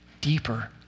deeper